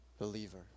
believer